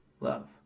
love